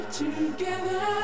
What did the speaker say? together